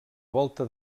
volta